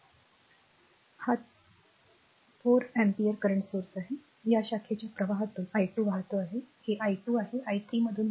तर हा 4 ampere current स्त्रोत आहे या शाखेच्या प्रवाहातून i2 वाहते आहे हे i2आहे i3 मधून वाहते